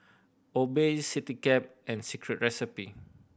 Obey Citycab and Secret Recipe